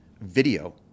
video